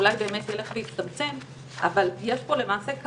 לדיון הזה אני מודה שלא חיכינו כאן,